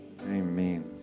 Amen